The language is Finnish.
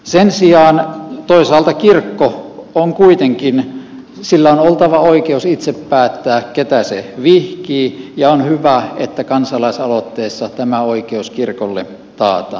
sen sijaan toisaalta kirkolla on oltava oikeus itse päättää ketä se vihkii ja on hyvä että kansalaisaloitteessa tämä oikeus kirkolle taataan